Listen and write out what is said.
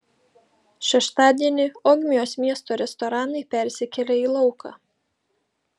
šeštadienį ogmios miesto restoranai persikėlė į lauką